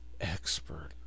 expert